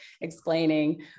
explaining